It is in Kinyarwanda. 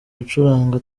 gucuranga